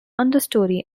understory